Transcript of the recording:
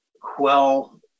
quell